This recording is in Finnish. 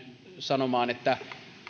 sanomaan että kun